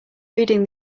reading